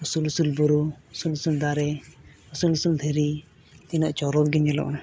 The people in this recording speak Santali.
ᱩᱥᱩᱞᱼᱩᱥᱩᱞ ᱵᱩᱨᱩ ᱩᱥᱩᱞᱼᱩᱥᱩᱞ ᱫᱟᱨᱮ ᱩᱥᱩᱞᱼᱩᱥᱩᱞ ᱫᱷᱤᱨᱤ ᱛᱤᱱᱟᱹᱜ ᱪᱚᱨᱚᱠ ᱜᱮ ᱧᱮᱞᱚᱜᱼᱟ